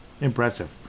Impressive